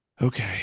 Okay